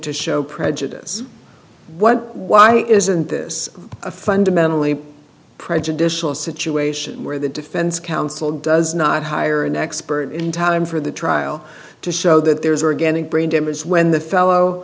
to show prejudice what why isn't this a fundamentally prejudicial situation where the defense counsel does not hire an expert in time for the trial to show that there is organic brain damage when the fellow